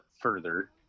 further